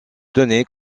tenait